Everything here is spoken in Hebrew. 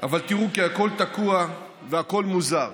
כי הכול תקוע והכול מוזר.